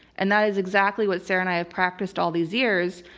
and that is exactly what sarah and i have practiced all these years.